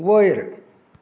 वयर